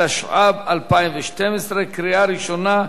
התשע"ב 2012, קריאה ראשונה.